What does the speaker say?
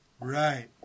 Right